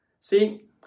See